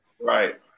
Right